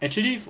actually fo~